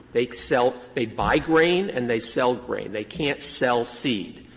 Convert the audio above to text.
they sell they buy grain and they sell grain. they can't sell seed.